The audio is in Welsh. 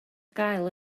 gael